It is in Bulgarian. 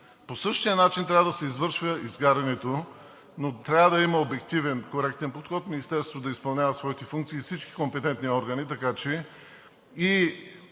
По същия начин трябва да се извършва изгарянето, но трябва да има обективен, коректен подход, Министерството да изпълнява своите функции и всички компетентни органи, така че и